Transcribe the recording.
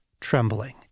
trembling